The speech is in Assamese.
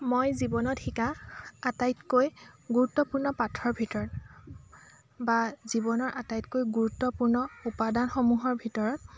মই জীৱনত শিকা আটাইতকৈ গুৰুত্বপূৰ্ণ পাঠৰ ভিতৰত বা জীৱনৰ আটাইতকৈ গুৰুত্বপূৰ্ণ উপাদানসমূহৰ ভিতৰত